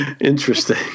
Interesting